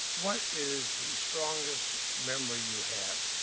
what is the strongest memory you have?